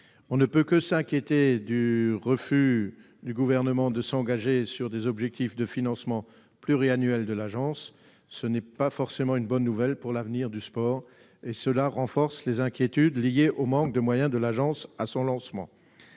On ne peut que s'inquiéter du refus du Gouvernement de s'engager sur des objectifs pluriannuels de financement de l'agence. Ce n'est pas forcément une bonne nouvelle pour l'avenir du sport et cela renforce les inquiétudes liées au manque de moyens de l'agence à son lancement.